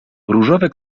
różowe